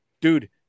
dude